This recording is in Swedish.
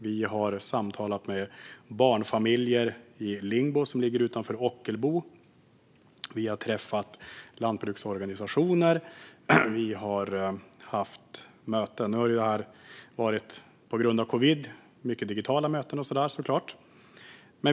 Vi har samtalat med barnfamiljer i Lingbo, som ligger utanför Ockelbo. Vi har träffat lantbruksorganisationer. Vi har haft möten; på grund av covid har det såklart varit många digitala möten.